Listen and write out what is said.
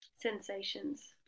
sensations